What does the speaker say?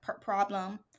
problem